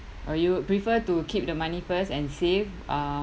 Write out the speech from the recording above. or you prefer to keep the money first and save uh